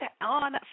on